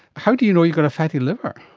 how do you know you've got a fatty liver?